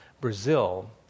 Brazil